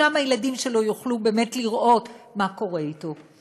שם הילדים שלו יוכלו באמת לראות מה קורה אתו.